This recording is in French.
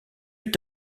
est